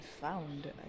found